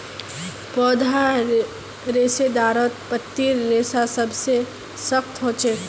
पौधार रेशेदारत पत्तीर रेशा सबसे सख्त ह छेक